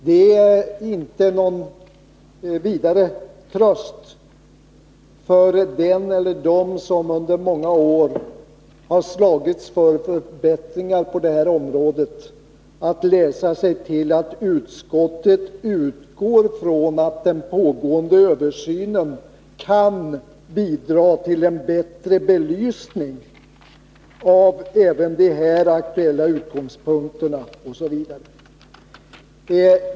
Det är inte någon vidare tröst för den eller dem som under många år har slagits för förbättringar på detta område att läsa sig till att utskottet utgår ifrån att ”pågående översyn kan bidra till en bättre belysning” av även de här aktuella utgångspunkterna osv.